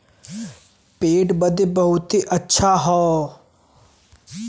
पेट बदे बहुते अच्छा हौ